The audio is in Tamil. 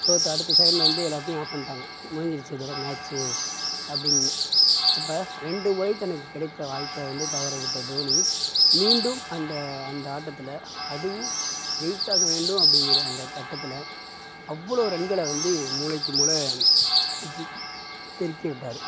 தோற்ற அடுத்த செகெண்ட் வந்து எல்லாத்தையும் ஆஃப் பண்ணிட்டாங்க முடிஞ்சிடுச்சு இதோடு மேச்சி அப்படீன்னு அப்போ ரெண்டு வழி தனக்கு கிடைத்த வாய்ப்பை வந்து தவறவிட்ட தோனி மீண்டும் அந்த அந்த ஆட்டத்தில் அதுவும் ஜெயிச்சாக வேண்டும் அப்படீங்குற கட்டத்தில் அவ்வளோ ரன்களை வந்து மூலைக்கு மூலை அடிச்சு தெறிக்க விட்டார்